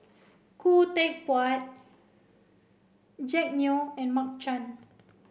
Khoo Teck Puat Jack Neo and Mark Chan